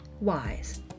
Wise